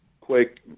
quick